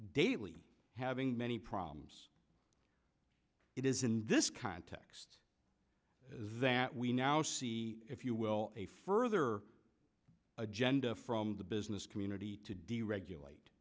daily having many problems it is in this context that we now see if you will a further agenda from the business community to deregulate